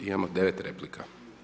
Imamo 9 replika.